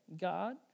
God